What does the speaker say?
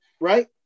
Right